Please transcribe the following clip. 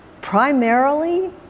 primarily